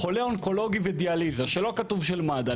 חולה אונקולוגי ודיאליזה שלא כתוב של מד"א,